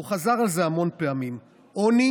הוא חזר על זה המון פעמים, עוני